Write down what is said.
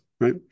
Right